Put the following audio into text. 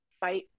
bye